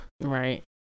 Right